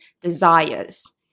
desires